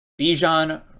Bijan